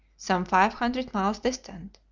some five hundred miles distant,